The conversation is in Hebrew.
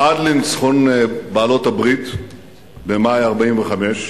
עד לניצחון בעלות-הברית במאי 1945,